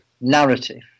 narrative